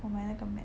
我买那个 mat